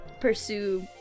pursue